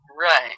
Right